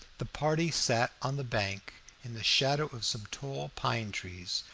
the party sat on the bank in the shadow of some tall pine trees,